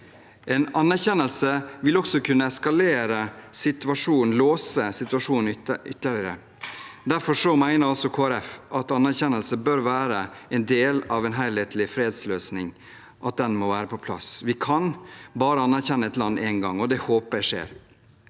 En anerkjennelse vil også kunne låse situasjonen ytterligere. Derfor mener også Kristelig Folkeparti at anerkjennelse bør være en del av en helhetlig fredsløsning, og at den må være på plass. Vi kan bare anerkjenne et land én gang, og det håper jeg skjer,